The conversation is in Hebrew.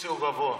בסוציו גבוה,